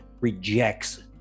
rejects